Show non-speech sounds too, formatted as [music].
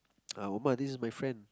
[noise] uh omma this is my friend